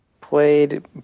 played